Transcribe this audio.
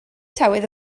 tywydd